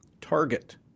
target